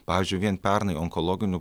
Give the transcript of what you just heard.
pavyzdžiui vien pernai onkologinių